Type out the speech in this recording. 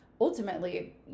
Ultimately